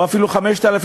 או אפילו 5,000,